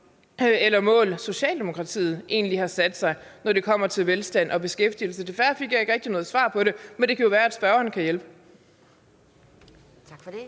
eller mål Socialdemokratiet egentlig har sat sig, når det kommer til velstand og beskæftigelse. Desværre fik jeg ikke rigtig noget svar på det, men det kan jo være, at spørgeren kan hjælpe. Kl.